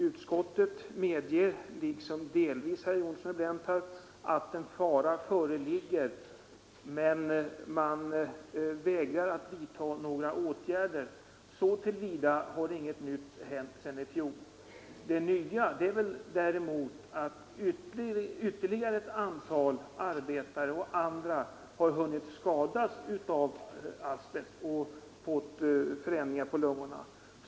Utskottet medger liksom delvis herr Johnsson i Blentarp att en fara föreligger, men man vägrar att vidtaga några åtgärder. Så till vida har inget nytt hänt sedan i fjol. Det nya är att ytterligare ett antal arbetare och andra har hunnit skadas av asbest och få förändringar på lungorna.